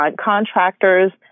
contractors